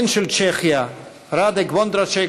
אדלשטיין: